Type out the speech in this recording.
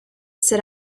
sit